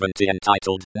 entitled